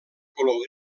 color